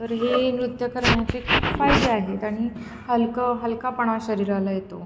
तर हे नृत्य करण्यामध्ये खूप फायदे आहेत आणि हलकं हलकापणा शरीराला येतो